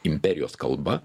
imperijos kalba